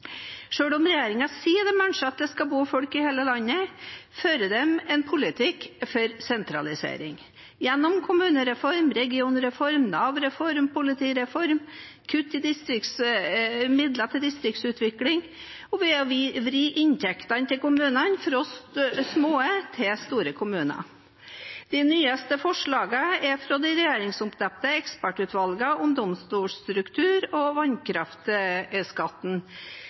Selv om regjeringen sier de ønsker at det skal bo folk i hele landet, fører de en politikk for sentralisering. Gjennom kommunereform, regionreform, Nav-reform og politireform kutter de i midler til distriktsutvikling og vrir inntektene til kommunene fra de små til de store kommunene. I de nyeste forslagene fra de regjeringsoppnevnte ekspertutvalgene om domstolstruktur og